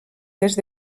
test